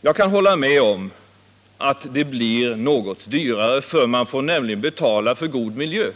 Jag kan hålla med om att det blir något dyrare, vi får nämligen betala för god miljö.